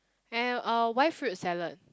and uh why fruit salad